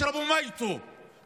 (אומר בערבית: תשרו אותו ותשתו את המים שלו.)